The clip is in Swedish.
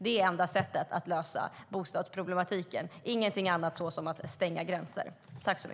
Det är enda sättet att lösa de problemen, inte att stänga gränserna.